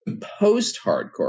post-hardcore